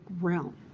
realm